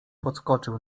podskoczył